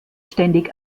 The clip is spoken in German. ständig